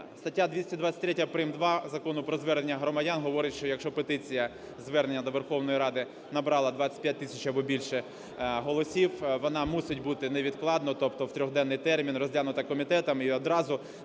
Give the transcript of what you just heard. Стаття 223 прим.2 Закону "Про звернення громадян" говорить, що якщо петиція, звернення до Верховної Ради набрала 25 тисяч або більше голосів, вона мусить бути невідкладно, тобто в трьохденний термін розглянута комітетом і одразу